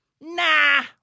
nah